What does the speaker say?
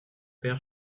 père